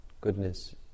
goodness